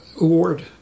Award